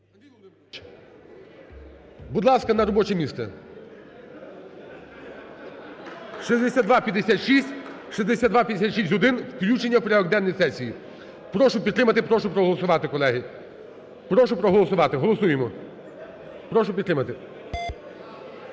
Будь ласка, на робоче місце! 6256, 6256-1 – включення в порядок денний сесії. Прошу підтримати, прошу проголосувати, колеги. Прошу проголосувати. Голосуємо. Прошу підтримати.